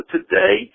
Today